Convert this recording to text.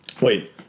Wait